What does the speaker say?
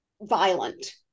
violent